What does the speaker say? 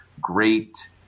great –